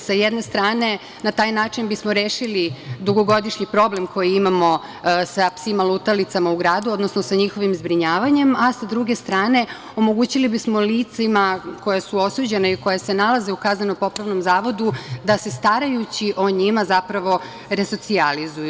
Sa jedne strane, na taj način bismo rešili dugogodišnji problem koji imamo sa psima lutalicama u gradu, odnosno sa njihovim zbrinjavanjem, a sa druge strane će se omogućiti licima koja su osuđena, koja se nalaze u kazneno-popravnom zavodu da se starajući o njima zapravo resocijalizuju.